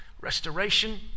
restoration